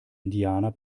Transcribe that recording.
indianer